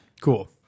Cool